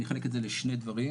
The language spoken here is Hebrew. אני אחלק את זה לשני דברים.